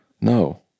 no